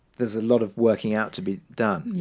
there's a lot of working out to be done.